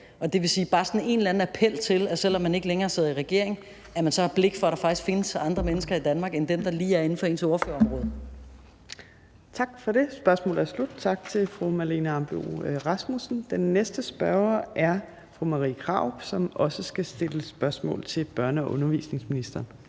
Det er så bare en eller anden appel til, at man, selv om man ikke længere sidder i regering, har blik for, at der faktisk findes andre mennesker i Danmark end dem, der lige er inden for ens ordførerområde. Kl. 15:14 Fjerde næstformand (Trine Torp): Tak for det. Spørgsmålet er slut. Tak til fru Marlene Ambo-Rasmussen. Den næste spørger er fru Marie Krarup, som også skal stille spørgsmål til børne- og undervisningsministeren.